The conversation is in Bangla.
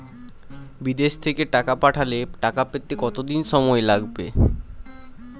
বিদেশ থেকে টাকা পাঠালে টাকা পেতে কদিন সময় লাগবে?